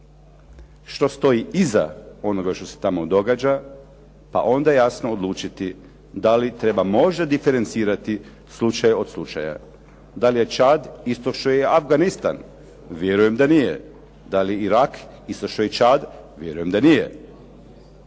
što stoji iza onoga što se tamo događa, a onda jasno odlučiti da li treba, može diferencirati slučaj od slučaja. Da li je Čad isto što je i Afganistan? Vjerujem da nije. Da li je Irak isto što je i Čad? Vjerujem da nije.